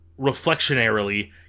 reflectionarily